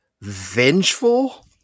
vengeful